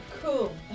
Cool